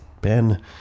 Ben